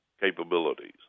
capabilities